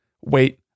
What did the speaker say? wait